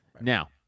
Now